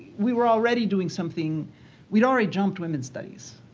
we were already doing something we had already jumped women's studies.